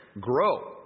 grow